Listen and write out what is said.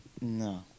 No